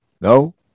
No